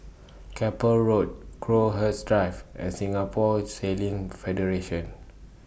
Keppel Road Crowhurst Drive and Singapore Sailing Federation